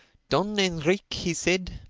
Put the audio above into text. don enrique, he said,